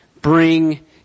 bring